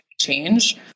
change